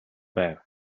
байв